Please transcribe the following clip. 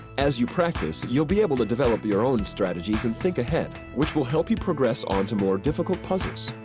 as you practice, you'll be able to develop your own strategies and think ahead, which will help you progress on to more difficult puzzles.